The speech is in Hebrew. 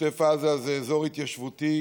עוטף עזה זה אזור התיישבותי,